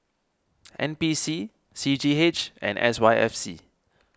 N P C C G H and S Y F C